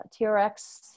TRX